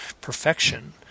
perfection